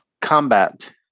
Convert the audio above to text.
combat